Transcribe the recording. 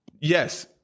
Yes